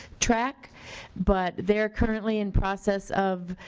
track but they are currently in process of